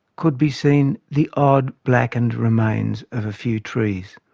could be seen the odd, blackened remains of a few trees.